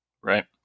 Right